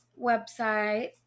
website